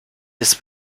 ist